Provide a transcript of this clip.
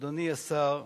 אדוני השר,